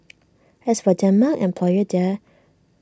as for Denmark employer there